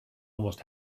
almost